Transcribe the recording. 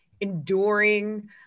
enduring